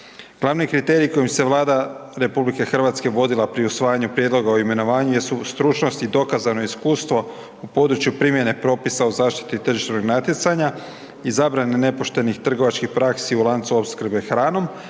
Glavni kriteriji kojima se Vlada RH vodila pri usvajanju prijedloga o imenovanju je stručnost i dokazano iskustvo u području primjene propisa o zaštiti tržišnog natjecanja i zabrani nepoštenih trgovačkih praksi u lancu opskrbe hranom